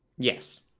Yes